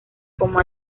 como